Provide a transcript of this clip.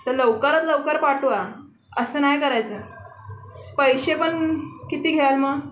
तर लवकरात लवकर पाठवा असं नाही करायचं पैसे पण किती घ्याल मग